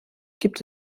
gibt